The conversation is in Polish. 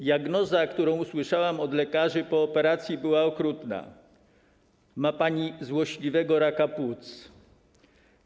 Diagnoza, którą usłyszałam od lekarzy po operacji, była okrutna: Ma pani złośliwego raka płuc.